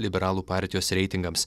liberalų partijos reitingams